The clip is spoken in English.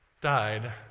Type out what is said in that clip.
died